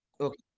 Okay